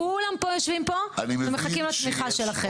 כולם פה יושבים פה ומחכים לתמיכה שלכם.